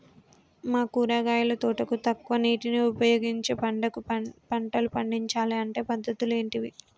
మా కూరగాయల తోటకు తక్కువ నీటిని ఉపయోగించి పంటలు పండించాలే అంటే పద్ధతులు ఏంటివి?